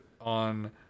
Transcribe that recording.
on